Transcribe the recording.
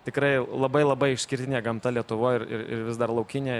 tikrai labai labai išskirtinė gamta lietuvoj ir ir vis dar laukinė